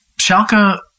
Schalke